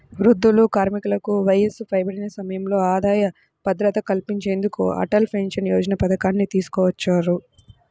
వృద్ధులు, కార్మికులకు వయసు పైబడిన సమయంలో ఆదాయ భద్రత కల్పించేందుకు అటల్ పెన్షన్ యోజన పథకాన్ని తీసుకొచ్చారు